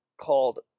called